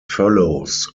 follows